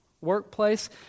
workplace